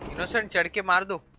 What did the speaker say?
innocent erica model